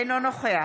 אינו נוכח